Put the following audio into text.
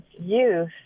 youth